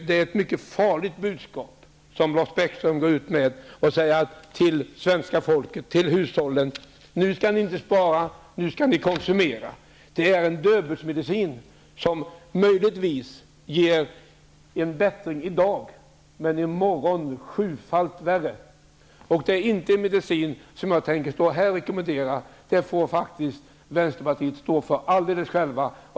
Det är ett mycket farligt budskap som Lars Bäckström går ut med till de svenska hushållen när han säger: Nu skall ni inte spara, nu skall ni konsumera. Det är en döbelnsmedicin som möjligtvis ger en bättring i dag, men i morgon sjufalt värre. Det är inte en medicin som jag tänker stå här och rekommendera. Den får vänsterpartiet faktiskt stå för alldeles själva.